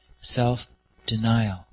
Self-denial